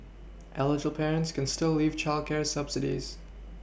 eligible parents can still live childcare subsidies